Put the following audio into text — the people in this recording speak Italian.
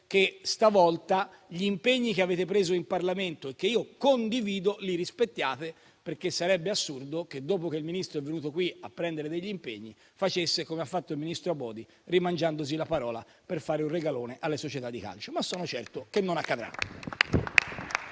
che stavolta gli impegni che avete preso in Parlamento, e che io condivido, li rispettiate. Sarebbe assurdo che, dopo che il Ministro è venuto qui a prendere degli impegni, facesse come ha fatto il ministro Abodi, rimangiandosi la parola per fare un regalo alle società di calcio. Ma sono certo che non accadrà.